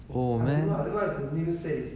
oh man